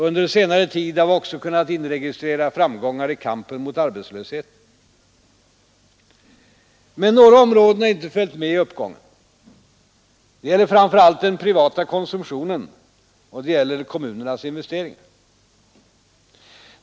Under senare tid har vi också kunnat inregistrera framgångar i kampen mot arbetslösheten. Men några områden har inte följt med i uppgången. Det gäller framför allt den privata konsumtionen, och det gäller kommunernas investeringar.